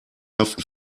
haften